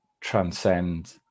transcend